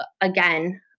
again